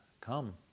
come